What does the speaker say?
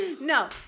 No